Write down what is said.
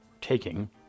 taking